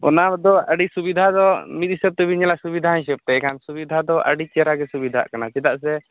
ᱚᱱᱟ ᱫᱚ ᱟᱹᱰᱤ ᱥᱩᱵᱤᱫᱷᱟ ᱫᱚ ᱢᱤᱫ ᱦᱤᱥᱟᱹᱵ ᱛᱮᱵᱮᱱ ᱧᱮᱞᱟ ᱥᱩᱵᱤᱫᱷᱟ ᱦᱤᱥᱟᱹᱵ ᱛᱮ ᱮᱱᱠᱷᱟᱱ ᱥᱩᱵᱤᱫᱷᱟ ᱫᱚ ᱟᱹᱰᱤ ᱪᱮᱨᱦᱟᱜᱮ ᱥᱩᱵᱤᱫᱷᱟᱜ ᱠᱟᱱᱟ ᱪᱮᱫᱟᱜ ᱥᱮ